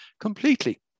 completely